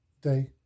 day